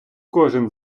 кожен